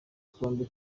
twombi